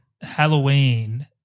Halloween